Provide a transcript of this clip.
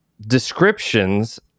descriptions